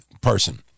person